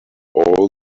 all